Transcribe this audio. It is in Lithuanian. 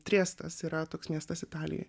triestas yra toks miestas italijoj